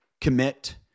commit